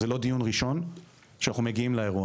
זה לא דיון ראשון שאנחנו מגיעים לאירוע